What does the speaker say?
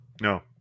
No